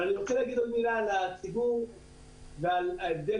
אבל אני רוצה להגיד עוד מילה על הציבור ועל ההבדל